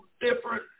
different